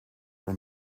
for